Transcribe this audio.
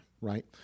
right